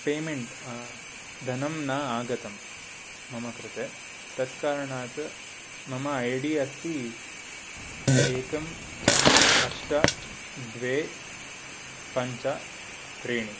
payment धनं न आगतं मम कृते तत् कारणात् मम ऐ डी अस्ति एकम् अष्ट द्वे पञ्च त्रीणि